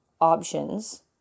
options